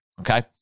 okay